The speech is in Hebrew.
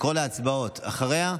לקרוא להצבעות אחריה.